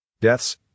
Deaths